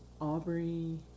Aubrey